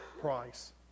price